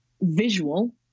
visual